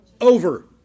Over